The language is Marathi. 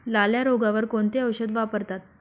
लाल्या रोगावर कोणते औषध वापरतात?